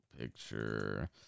picture